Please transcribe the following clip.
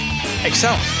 excel